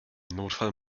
notfall